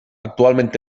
actualment